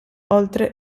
oltre